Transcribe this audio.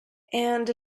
and